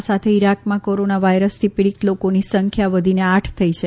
આ સાથે ઇરાકમાં કોરોના વાથરસથી પીડીત લોકોની સંખ્યા વધીને આઠ થઇ છે